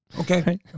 Okay